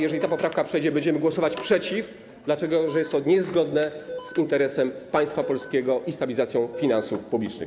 Jeżeli ta poprawka przejdzie, będziemy głosować przeciw, dlatego że jest to niezgodne z interesem państwa polskiego i stabilizacją finansów publicznych.